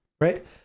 right